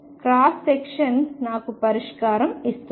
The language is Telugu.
క్రాస్ సెక్షన్ నాకు పరిష్కారం ఇస్తుంది